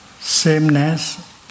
Sameness